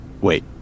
wait